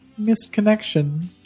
misconnection